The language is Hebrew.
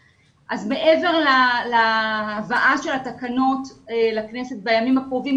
מעבר למה שנאמר כבר שהתקנות צריכות להיות מובאות בימים הקרובים,